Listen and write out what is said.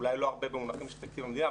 אולי לא הרבה במונחים של תקציב המדינה,